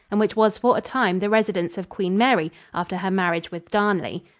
and which was for a time the residence of queen mary after her marriage with darnley.